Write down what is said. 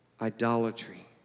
idolatry